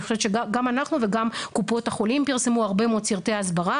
אני חושבת שגם אנחנו וגם קופות החולים פרסמו הרבה מאוד סרטי הסברה